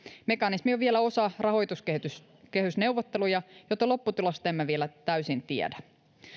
mekanismi on vielä osa rahoituskehysneuvotteluja joten lopputulosta emme vielä täysin tiedä